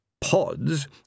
pods